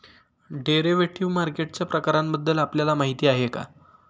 Derivative मार्केटच्या प्रकारांबद्दल आपल्याला माहिती आहे का?